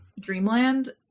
dreamland